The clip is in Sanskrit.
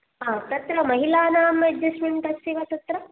हा तत्र महिलानाम् अड्जेट्मेन्ट् अस्ति वा तत्र